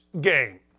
game